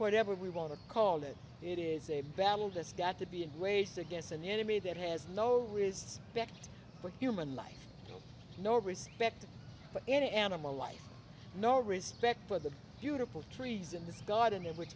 whatever we want to call it it is a battle that's got to be a grace against an enemy that has no respect for human life no respect for any animal life no respect for the beautiful trees in this garden in which